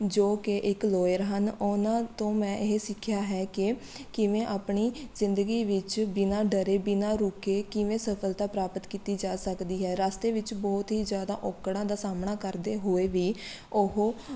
ਜੋ ਕਿ ਇੱਕ ਲੋਇਰ ਹਨ ਉਹਨਾਂ ਤੋਂ ਮੈਂ ਇਹ ਸਿੱਖਿਆ ਹੈ ਕਿ ਕਿਵੇਂ ਆਪਣੀ ਜ਼ਿੰਦਗੀ ਵਿੱਚ ਬਿਨਾਂ ਡਰੇ ਬਿਨਾਂ ਰੁਕੇ ਕਿਵੇਂ ਸਫਲਤਾ ਪ੍ਰਾਪਤ ਕੀਤੀ ਜਾ ਸਕਦੀ ਹੈ ਰਸਤੇ ਵਿੱਚ ਬਹੁਤ ਹੀ ਜ਼ਿਆਦਾ ਔਕੜਾਂ ਦਾ ਸਾਹਮਣਾ ਕਰਦੇ ਹੋਏ ਵੀ ਉਹ